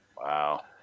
Wow